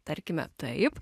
tarkime taip